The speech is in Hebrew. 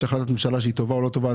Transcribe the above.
יש החלטת ממשלה שהיא טובה או לא טובה,